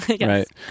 Right